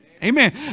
Amen